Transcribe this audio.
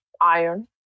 iron